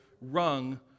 rung